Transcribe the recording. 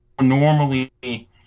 normally